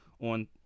on